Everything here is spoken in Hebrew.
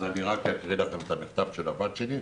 אז רק אקרא לכם את המכתב של הבת שלי.